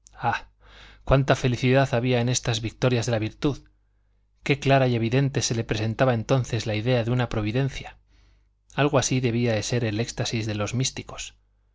cuánta felicidad había en estas victorias de la virtud qué clara y evidente se le presentaba entonces la idea de una providencia algo así debía de ser el éxtasis de los místicos